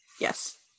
yes